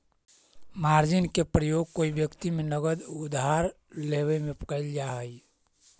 margin के प्रयोग कोई व्यक्ति से नगद उधार लेवे में कैल जा हई